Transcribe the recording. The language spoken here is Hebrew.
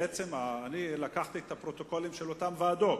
בעצם, אני לקחתי את הפרוטוקולים של אותן ועדות,